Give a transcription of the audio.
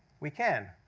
we can.